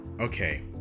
okay